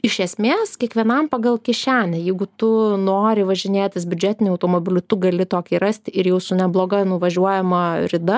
iš esmės kiekvienam pagal kišenę jeigu tu nori važinėtis biudžetiniu automobiliu tu gali tokį rast ir jau su nebloga nuvažiuojama rida